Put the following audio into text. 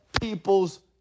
people's